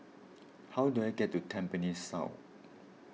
how do I get to Tampines South